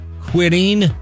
quitting